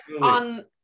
on